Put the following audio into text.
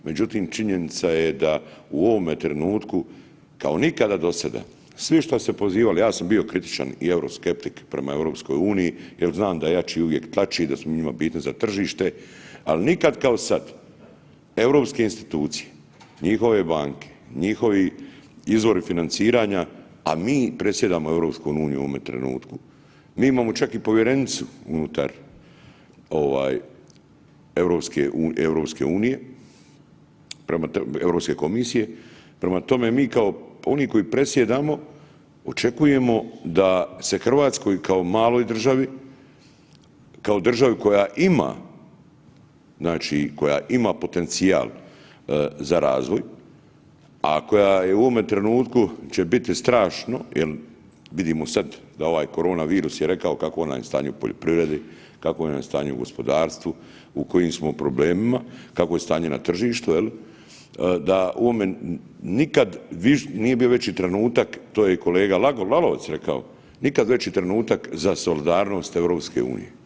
Međutim činjenica je da u ovome trenutku kao nikada dosada svi šta su se pozivali ja sam bio kritičan i euroskeptik prema EU jer znam da jači uvijek tlači, da smo mi njima bitni za tržište, ali nikad kao sad Europske institucije, njihove banke, njihovi izvori financiranja, a mi predsjedamo EU u ovome trenutku, mi imamo čak i povjerenicu unutar ovaj EU, Europske komisije, prema tome mi kao oni koji predsjedamo očekujemo da se Hrvatskoj kao maloj državi, kao državi koja ima, znači koja ima potencijal za razvoj, a koja je u ovome trenutku će biti strašno, jel vidimo sad da ovaj korona virus je rekao kakvo nam je stanje u poljoprivredi, kakvo nam je stanje u gospodarstvu, u kojim smo problemima, kakvo je stanje na tržištu jel, da u ovome nikad nije bio veći trenutak to je i kolega Lalovac rekao, nikad veći trenutak za solidarnost EU.